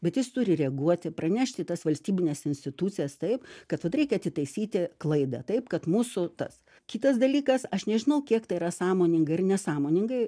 bet jis turi reaguoti pranešti tas valstybines institucijas taip kad vat reikia atitaisyti klaidą taip kad mūsų tas kitas dalykas aš nežinau kiek tai yra sąmoninga ar nesąmoningai